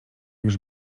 już